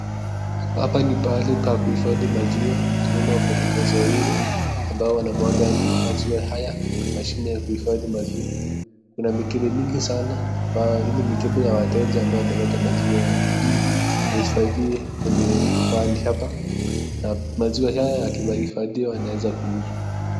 Hapa ni pahali pa kuhifadhi maziwa tunaona wafanyikazi wawili ambao wanamwaga maziwa haya kwenye mashine ya kuhifadhi maziwa, kuna mikebe mingi sana ambayo hii ni mikebe ya wateja ambao wamelete maziwa yao, ili yahifadhiwe kwa pahali hapa na maziwa haya yakihifadhiwa yaneweza kuuzwa.